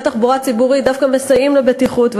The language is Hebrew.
תחבורה ציבורית דווקא מסייעים לבטיחות,